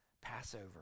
Passover